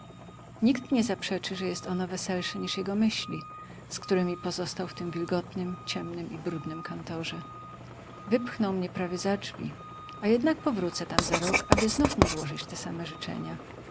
nikt nie zaprzeczy że jest ono weselsze niż jego myśli z któremi pozostał w tym wilgotnym ciemnym i brudnym kantorze wypchnął mię prawie za drzwi a jednak powrócę tam za rok aby znów mu złożyć te same życzenia